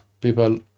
people